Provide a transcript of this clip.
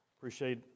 Appreciate